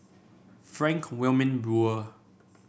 Frank Wilmin Brewer